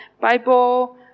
Bible